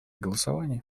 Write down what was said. голосования